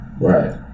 Right